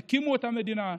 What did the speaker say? הקימו את המדינה,